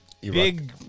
big